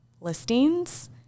listings